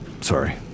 sorry